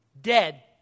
Dead